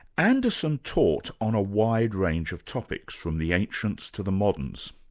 anderson taught on a wide range of topics from the ancients to the moderns.